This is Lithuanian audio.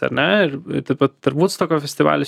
ar ne ir taip pat ir vudstoko festivalis